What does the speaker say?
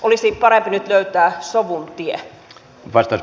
olisi parempi nyt löytää sovun tie